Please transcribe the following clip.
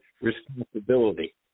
responsibility